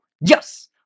yes